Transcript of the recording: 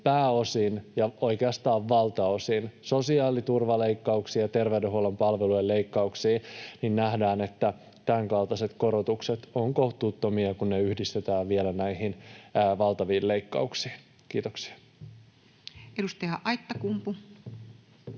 pääosin ja oikeastaan valtaosin sosiaaliturvaleikkauksiin ja terveydenhuollon palvelujen leikkauksiin, niin nähdään, että tämänkaltaiset korotukset ovat kohtuuttomia, kun ne vielä yhdistetään näihin valtaviin leikkauksiin. — Kiitoksia. [Speech 112]